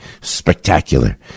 Spectacular